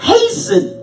Hasten